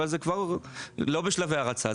אבל האתר כבר פעיל וזה לא בשלבי הרצה.